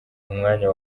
umwanya